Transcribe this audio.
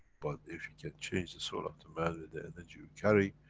but if you can change the soul of the man with the energy you carry,